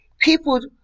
People